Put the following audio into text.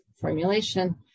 formulation